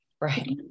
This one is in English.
Right